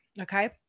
Okay